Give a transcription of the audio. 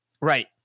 Right